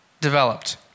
developed